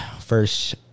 first